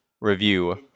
review